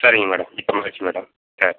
சரிங்க மேடம் மிக்க மகிழ்ச்சி மேடம் சரி